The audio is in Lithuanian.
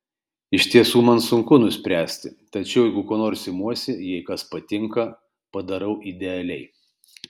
iš tiesų man sunku nuspręsti tačiau jeigu ko nors imuosi jei kas patinka padarau idealiai